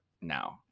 now